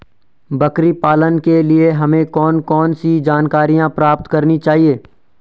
बकरी पालन के लिए हमें कौन कौन सी जानकारियां प्राप्त करनी चाहिए?